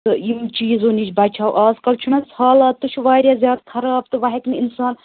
تہٕ یِمو چیٖزو نِش بچہَو از کَل چھِنہ حٲز حالات تہِ چھِ واریاہ زیادٕ خراب تہٕ وۄنۍ ہیٚکہِ نہٕ اِنسان